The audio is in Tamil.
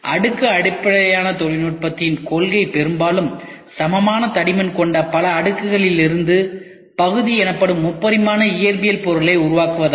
அடுக்கு அடிப்படையிலான தொழில்நுட்பத்தின் கொள்கை பெரும்பாலும் சமமான தடிமன் கொண்ட பல அடுக்குகளிலிருந்து பகுதி எனப்படும் முப்பரிமாண இயற்பியல் பொருளை உருவாக்குவதாகும்